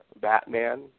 Batman